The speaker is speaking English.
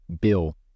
bill